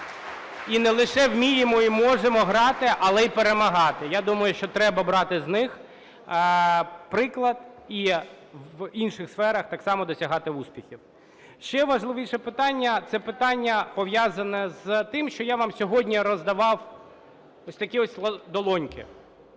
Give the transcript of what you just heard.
І не лише вміємо, і можемо грати, але й перемагати. Я думаю, що треба брати з них приклад і в інших сферах, так само досягти успіхів. Ще важливіше питання – це питання, пов'язане з тим, що я вам сьогодні роздавав, ось такі долоньки.